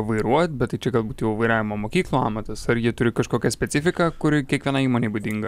vairuot bet tai čia galbūt jau vairavimo mokyklų amatas ar ji turi kažkokią specifiką kuri kiekvienai įmonei būdinga